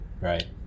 right